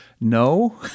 No